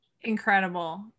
Incredible